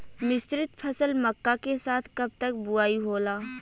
मिश्रित फसल मक्का के साथ कब तक बुआई होला?